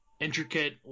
intricate